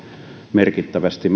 merkittävästi